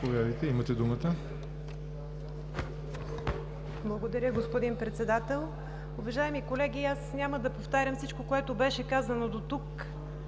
НИКОЛОВА (ОП): Благодаря, господин Председател. Уважаеми колеги, аз няма да повтарям всичко, което беше казано до тук,